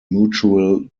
mutual